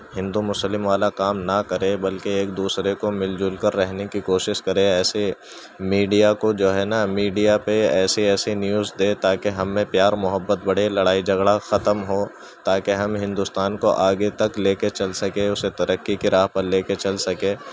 ہندو مسلم والا کام نہ کرے بلکہ ایک دوسرے کو مل جل کر رہنے کی کوشش کرے ایسے میڈیا کو جو ہے نا میڈیا پہ ایسے ایسے نیوز دے تاکہ ہم میں پیار محبت بڑھے لڑائی جھگڑا ختم ہو تاکہ ہم ہندوستان کو آگے تک لے کے چل سکیں اسے ترقی کے راہ پہ لے کے چل سکیں